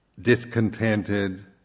discontented